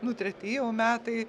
nu treti jau metai